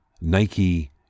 Nike